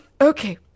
okay